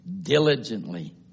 diligently